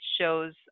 shows